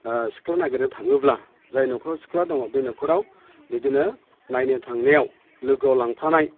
सिख्ला नागिरनो थाङोब्ला जाय न'खराव सिख्ला दङ बे न'खराव बिदिनो नायनो थांनायाव लोगोआव लांफानाय